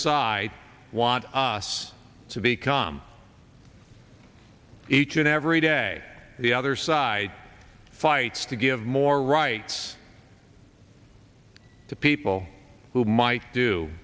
side want us to be come each and every day the other side fights to give more rights to people who might do